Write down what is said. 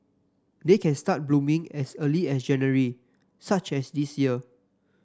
they can start blooming as early as January such as this year